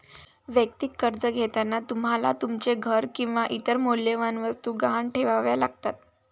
वैयक्तिक कर्ज घेताना तुम्हाला तुमचे घर किंवा इतर मौल्यवान वस्तू गहाण ठेवाव्या लागतात